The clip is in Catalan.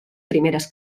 primeres